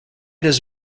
does